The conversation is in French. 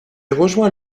rejoint